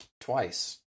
twice